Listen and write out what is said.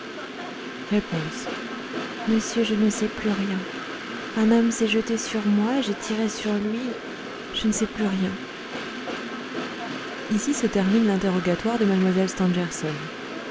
monsieur je ne sais plus rien un homme s'est rué sur moi j'ai tiré sur lui je ne sais plus rien ici se termine l'interrogatoire de mlle stangerson